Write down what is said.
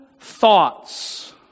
thoughts